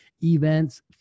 events